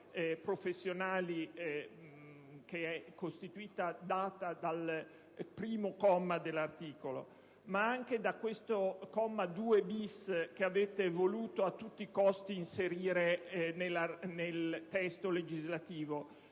professionali, che è contenuta nel primo comma dell'articolo; ma anche dal comma 2-*bis* che avete voluto a tutti i costi inserire nel testo legislativo.